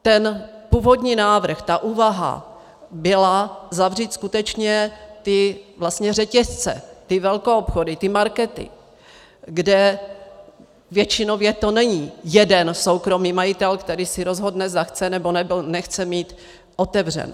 Ten původní návrh, ta úvaha byla zavřít skutečně vlastně ty řetězce, ty velkoobchody, ty markety, kde většinově to není jeden soukromý majitel, který si rozhodne, zda chce, nebo nechce mít otevřeno.